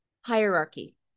hierarchy